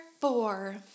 four